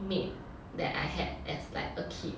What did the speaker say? maid that I had as like a kid